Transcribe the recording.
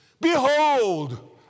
Behold